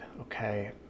okay